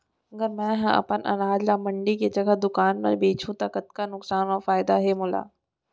अगर मैं अपन अनाज ला मंडी के जगह दुकान म बेचहूँ त कतका नुकसान अऊ फायदा हे मोला?